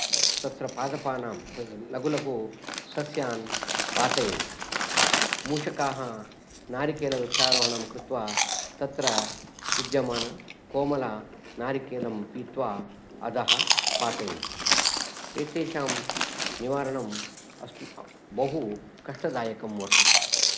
तत्र पादपानां तत्र लघु लघु सस्यान् पातयन्ति मूषकाः नारिकेलवृक्षारोहणं कृत्वा तत्र विद्यमानकोमलनारिकेलं पीत्वा अधः पातयन्ति एतेषां निवारणं अस्म बहुः कष्टदायकं वर्तते